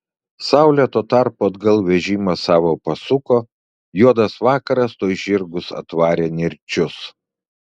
saulė tuo tarpu atgal vežimą savo pasuko juodas vakaras tuoj žirgus atvarė nirčius